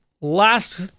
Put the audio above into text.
Last